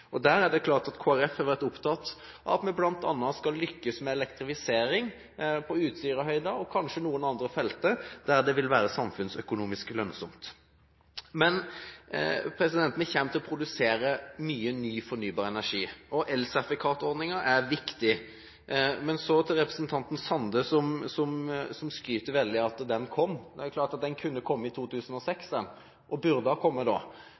Der er det klart at Kristelig Folkeparti har vært opptatt av at vi bl.a. skal lykkes med elektrifisering på Utsirahøyden og kanskje noen andre felter der det vil være samfunnsøkonomisk lønnsomt. Vi kommer til å produsere mye ny fornybar energi, og elsertifikatordningen er viktig. Men til representanten Sande, som skryter veldig av at den kom: Den kunne ha kommet i 2006, og burde ha kommet da.